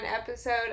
episode